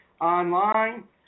online